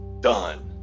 Done